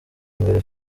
mbere